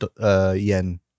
yen